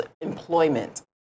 employment